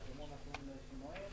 שגם הוא נתון לשינויים,